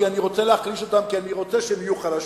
כי אני רוצה שהם יהיו חלשים.